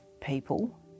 people